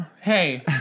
hey